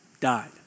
died